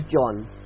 John